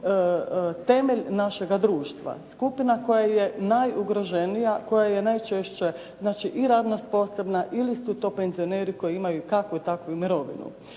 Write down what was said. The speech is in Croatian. temelj našega društva. Skupina koja je najugroženija, koja je najčešće znači i radno sposobna ili su to penzioneri koji imaju kakvu takvu mirovinu.